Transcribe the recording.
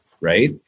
Right